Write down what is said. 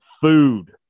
food